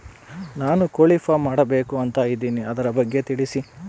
ನಾನು ಕೋಳಿ ಫಾರಂ ಮಾಡಬೇಕು ಅಂತ ಇದಿನಿ ಅದರ ಬಗ್ಗೆ ನನಗೆ ತಿಳಿಸಿ?